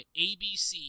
ABC